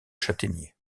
châtaignier